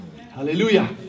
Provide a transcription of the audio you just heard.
Hallelujah